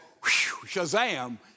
shazam